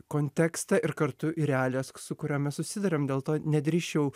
kontekstą ir kartu į realijas su kuriomis susiduriame dėl to nedrįsčiau